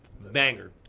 Banger